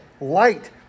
light